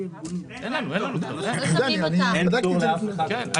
אין שום חולק על חשיבות המאבק בהון השחור,